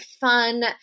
fun